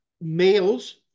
males